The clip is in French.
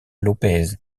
lópez